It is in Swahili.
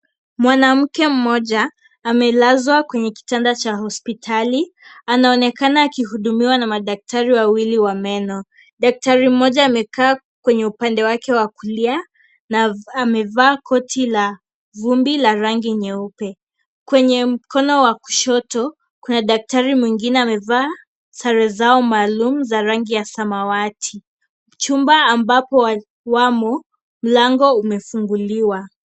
Mwanamke mmoja amelazwa kwenye kitanda cha hospitali, anaonekana akihudumiwa na madaktari wawili wa meno. Daktari mmoja amekaa kwenye upande wake wa kulia na amevaa koti la vumbi la rangi nyupe , kwenye mkono wa kushoto kuna daktari mwingine amevaa sare zao maalum za rangi tofauti ya tofauti . Chumba ambapo wamo mlango umefunguliwa.